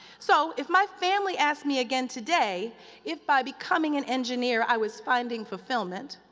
so, if my family asked me again today if by becoming an engineer i was finding fulfillment,